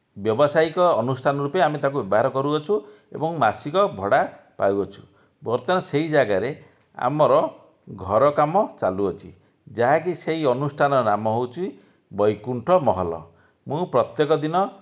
ବ୍ୟବସାୟିକ ଅନୁଷ୍ଠାନ ରୂପେ ଆମେ ତାକୁ ବ୍ୟବହାର କରୁଅଛୁ ଏବଂ ମାସିକ ଭଡ଼ା ପାଉଅଛୁ ବର୍ତ୍ତମାନ ସେହି ଯାଗାରେ ଆମର ଘର କାମ ଚାଲୁଅଛି ଯାହାକି ସେହି ଅନୁଷ୍ଠାନ ନାମ ହେଉଛି ବୈକୁଣ୍ଠ ମହଲ ମୁଁ ପ୍ରତ୍ୟେକ ଦିନ